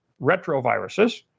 retroviruses